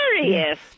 hilarious